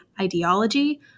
ideology